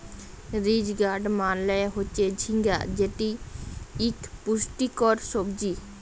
ridge gourd মালে হচ্যে ঝিঙ্গা যেটি ইক পুষ্টিকর সবজি